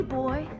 boy